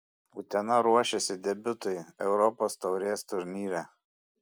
utena ruošiasi debiutui europos taurės turnyre